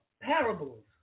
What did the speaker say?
parables